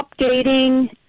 updating